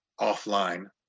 offline